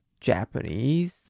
Japanese